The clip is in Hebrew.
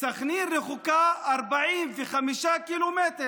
סח'נין רחוקה 45 קילומטר.